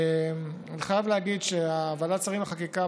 אני חייב להגיד שוועדת שרים לחקיקה,